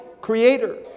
creator